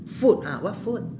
food ah what food